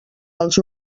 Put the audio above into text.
els